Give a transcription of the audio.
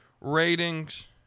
ratings